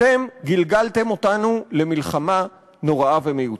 אתם גלגלתם אותנו למלחמה נוראה ומיותרת,